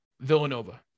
Villanova